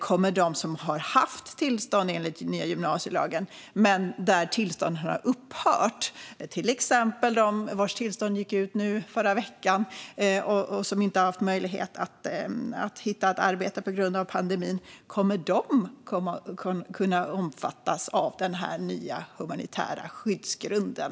Kommer de som har haft tillstånd enligt den nya gymnasielagen men vars tillstånd har upphört att kunna omfattas av den nya humanitära skyddsgrunden? Jag avser till exempel dem vars tillstånd gick ut förra veckan och som inte har haft möjlighet att hitta arbete på grund av pandemin.